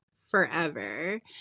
forever